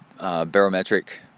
barometric